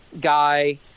guy